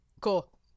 Cool